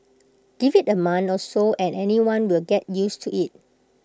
give IT A month or so and anyone will get used to IT